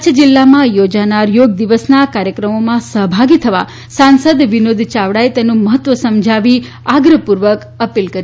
કચ્છ જીલ્લામાં યોજનારા યો ગ દિવસના કાર્યક્રમો મા સહભાગી થવા સાંસદ વિનોદ ચાવડાએ તેનું મહત્વ સમજાવી આગ્રહ પૂર્વક અપીલ કરી